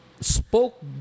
spoke